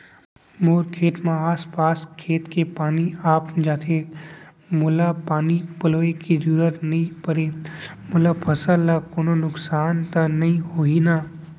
मोर खेत म आसपास के खेत के पानी आप जाथे, मोला पानी पलोय के जरूरत नई परे, मोर फसल ल कोनो नुकसान त नई होही न?